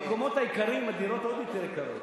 במקומות היקרים הדירות עוד יותר יקרות.